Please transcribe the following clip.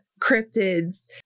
cryptids